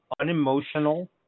Unemotional